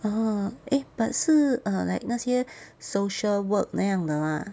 orh eh but 是 err like 那些 social work 那样的 lah